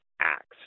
acts